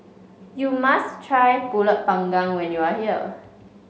you must try pulut Panggang when you are here